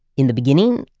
in the beginning,